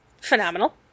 phenomenal